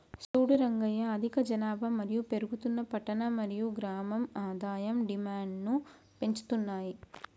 సూడు రంగయ్య అధిక జనాభా మరియు పెరుగుతున్న పట్టణ మరియు గ్రామం ఆదాయం డిమాండ్ను పెంచుతున్నాయి